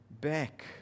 back